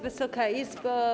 Wysoka Izbo!